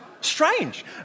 Strange